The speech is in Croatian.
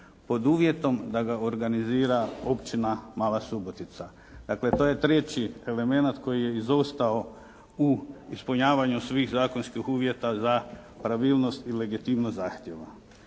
pod uvjetom da ga organizira općina Mala Subotica. Dakle to je treći elemenat koji je izostao u ispunjavanju svih zakonskih uvjeta za pravilnost i legitimnost zahtjeva.